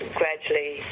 gradually